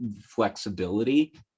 flexibility